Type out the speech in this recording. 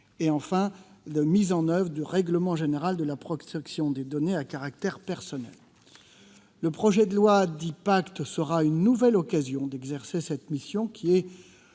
en matière de mise en oeuvre du règlement général de protection des données à caractère personnel. Le projet de loi PACTE sera une nouvelle occasion d'exercer cette mission, qui est,